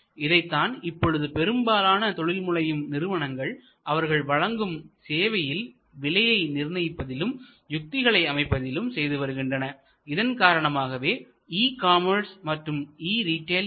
இதைத்தான் இப்பொழுது பெரும்பாலான தொழில் முனையும் நிறுவனங்கள் அவர்கள் வழங்கும் சேவையில் விலை நிர்ணயிப்பதிலும் யுத்திகளை அமைப்பதிலும் செய்து வருகின்றன இதன் காரணமாகவே இ காமர்ஸ் மற்றும் இ ரீடெய்ல் e retailing